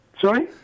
Sorry